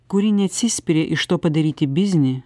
kuri neatsispiria iš to padaryti biznį